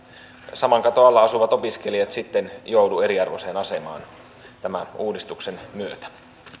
saman katon alla asuvat opiskelijat joudu eriarvoiseen asemaan tämän uudistuksen myötä